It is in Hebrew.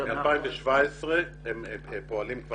מ-2017 הם פועלים.